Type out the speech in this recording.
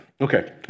Okay